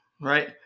Right